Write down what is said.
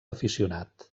aficionat